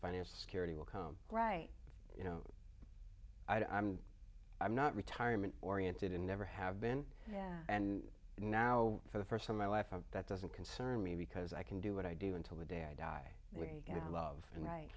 financial security will come right you know i'm i'm not retirement oriented never have been yeah and now for the first time my life of that doesn't concern me because i can do what i do until the day i die we